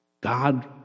God